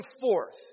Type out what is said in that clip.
forth